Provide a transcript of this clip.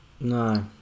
No